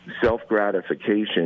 self-gratification